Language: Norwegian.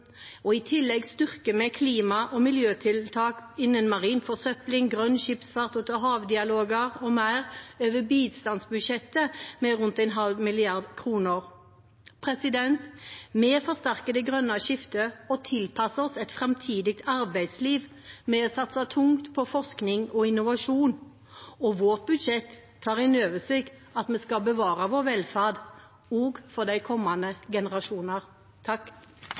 forskningsinnsatsen. I tillegg styrker vi klima- og miljøtiltak innen marin forsøpling, grønn skipsfart og havdialoger m.m. over bistandsbudsjettet med rundt 0,5 mrd. kr. Vi forsterker det grønne skiftet og tilpasser oss et framtidig arbeidsliv ved å satse tungt på forskning og innovasjon. Vårt budsjett tar innover seg at vi skal bevare vår velferd også for kommende generasjoner.